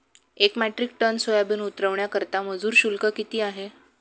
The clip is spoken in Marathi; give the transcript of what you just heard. एक मेट्रिक टन सोयाबीन उतरवण्याकरता मजूर शुल्क किती आहे?